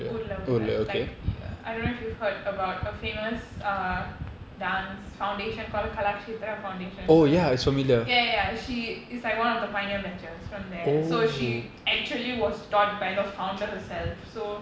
ஊர்லஊர்ல:oorla oorla like I don't know if you've heard about a famous uh dance foundation called Kalakshetra foundation so ya ya ya she is like one of the pioneer batches from there so she actually was taught by the founder herself so